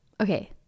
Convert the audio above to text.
Okay